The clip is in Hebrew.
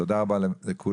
תודה רבה לכולם.